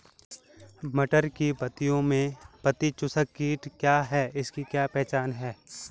मटर की पत्तियों में पत्ती चूसक कीट क्या है इसकी क्या पहचान है?